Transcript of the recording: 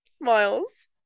Miles